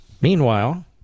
Meanwhile